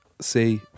see